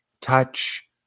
touch